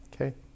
Okay